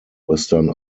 western